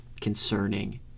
concerning